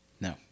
No